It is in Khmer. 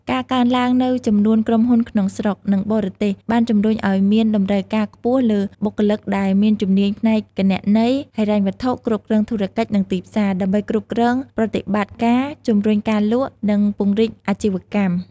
ការកើនឡើងនូវចំនួនក្រុមហ៊ុនក្នុងស្រុក និងបរទេស បានជំរុញឱ្យមានតម្រូវការខ្ពស់លើបុគ្គលិកដែលមានជំនាញផ្នែកគណនេយ្យ ហិរញ្ញវត្ថុ គ្រប់គ្រងធុរកិច្ច និងទីផ្សារ ដើម្បីគ្រប់គ្រងប្រតិបត្តិការ ជំរុញការលក់ និងពង្រីកអាជីវកម្ម។